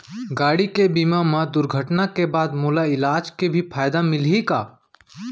गाड़ी के बीमा मा दुर्घटना के बाद मोला इलाज के भी फायदा मिलही का?